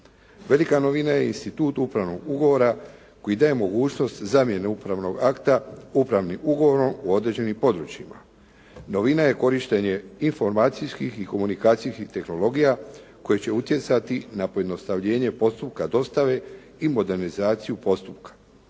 Velika novina je i institut upravnog ugovora koji daje mogućnost zamjene upravnog akta upravnim ugovorom u određenim područjima. Novina je korištenje informacijskih i komunikacijskih tehnologija koji će utjecati na pojednostavljenje postupka dostave i modernizaciju postupka.